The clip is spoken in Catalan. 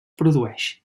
produeix